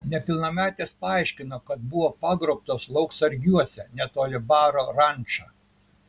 nepilnametės paaiškino kad buvo pagrobtos lauksargiuose netoli baro ranča